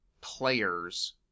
players